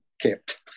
Kept